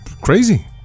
crazy